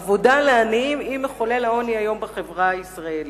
עבודה לעניים היא מחולל העוני היום בחברה הישראלית.